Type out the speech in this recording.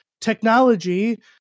technology